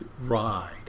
ride